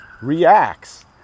reacts